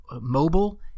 mobile